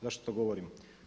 Zašto to govorim?